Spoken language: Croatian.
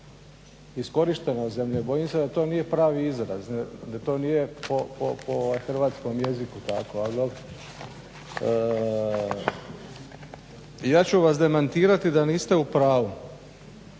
"iskorištenost" zemlje, bojim se da to nije pravi izraz da to nije po hrvatskom jeziku tako, ali dobro. Ja ću vas da niste u pravu.